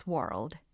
World